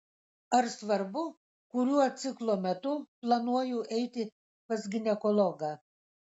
ar svarbu kuriuo ciklo metu planuoju eiti pas ginekologą